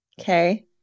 okay